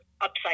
upside